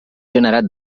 generat